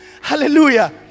hallelujah